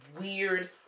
weird